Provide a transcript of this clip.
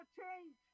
change